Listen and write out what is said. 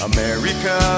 America